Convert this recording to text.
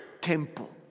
temple